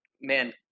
man